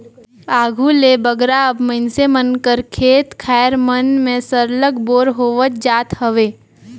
आघु ले बगरा अब मइनसे मन कर खेत खाएर मन में सरलग बोर होवत जात हवे